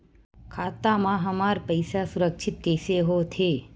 खाता मा हमर पईसा सुरक्षित कइसे हो थे?